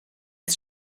ist